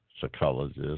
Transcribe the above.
psychologist